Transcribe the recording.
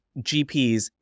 GPs